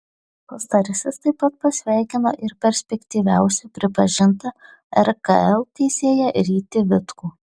pastarasis taip pat pasveikino ir perspektyviausiu pripažintą rkl teisėją rytį vitkų